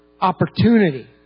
Opportunity